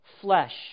flesh